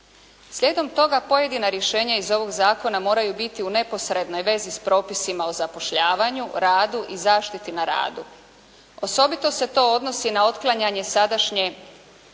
Slijedom toga pojedina rješenja iz ovog zakona moraju biti u neposrednoj vezi s propisima o zapošljavanju, radu i zaštiti na radu. Osobito se to odnosi na otklanjanje, sadašnje